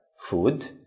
food